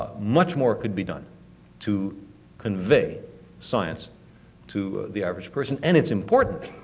much more could be done to convey science to the average person. and it's important.